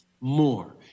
more